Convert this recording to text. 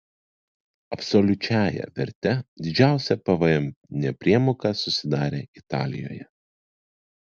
absoliučiąja verte didžiausia pvm nepriemoka susidarė italijoje